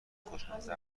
خوشمزه